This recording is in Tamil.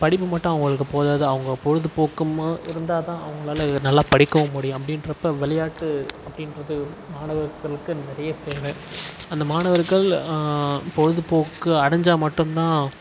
படிப்பு மட்டும் அவங்களுக்கு போதாது அவங்க பொழுதுபோக்குமா இருந்தால் தான் அவங்களால் நல்லா படிக்கவும் முடியும் அப்படின்றப்ப விளையாட்டு அப்படின்றது மாணவர்களுக்கு நிறைய தேவை அந்த மாணவர்கள் பொழுதுபோக்கு அடஞ்சால் மட்டும் தான்